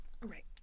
Right